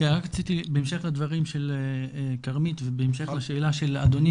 רציתי בהמשך לדברים של כרמית ובהמשך לשאלה של אדוני,